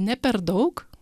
ne per daug